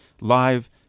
live